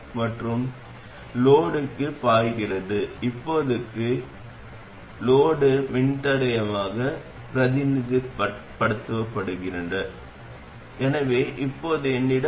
இந்த மொத்த தற்போதைய idயை இந்த தற்போதைய I1 க்கு சமமாக மாற்றியுள்ளோம்